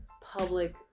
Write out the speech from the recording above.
public